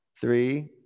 three